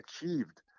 achieved